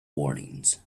warnings